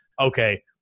okay